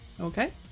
Okay